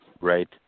Right